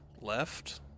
left